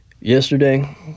yesterday